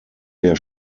der